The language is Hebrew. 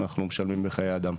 אנחנו משלמים בחיי אדם.